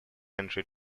entry